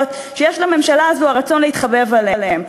שיש לממשלה הזאת הרצון להתחבב עליהן.